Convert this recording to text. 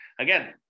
again